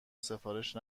سفارش